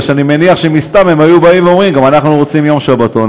אני מניח שמן הסתם הם היו אומרים: גם אנחנו רוצים יום שבתון,